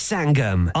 Sangam